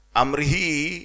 amrihi